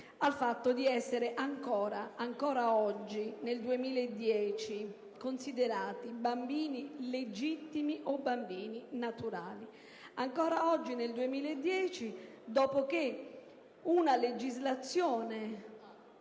al fatto di essere ancora - ancora oggi, nel 2010 - considerati bambini legittimi o bambini naturali. È così ancora oggi, nel 2010, dopo che negli